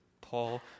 Paul